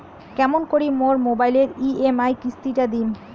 কেমন করি মোর মোবাইলের ই.এম.আই কিস্তি টা দিম?